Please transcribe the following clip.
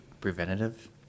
preventative